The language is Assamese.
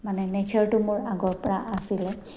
মানে নেচাৰটো মোৰ আগৰ পৰা আছিলে